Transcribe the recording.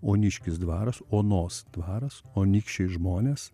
oniškis dvaras onos dvaras o anykščiai žmonės